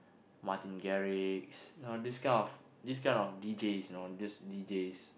Martin-Garrix